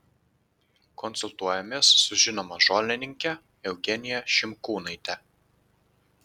konsultuojamės su žinoma žolininke eugenija šimkūnaite